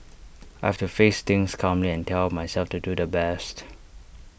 I have to face things calmly and tell myself to do the best